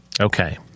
Okay